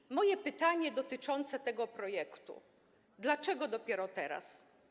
I moje pytanie dotyczące tego projektu: Dlaczego dopiero teraz?